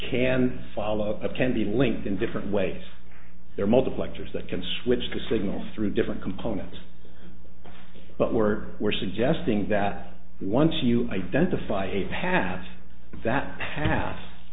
can follow up can be linked in different ways there multiplexers that can switch to signals through different components but we're we're suggesting that once you identify a path that